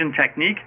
technique